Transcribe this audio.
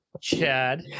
Chad